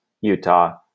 Utah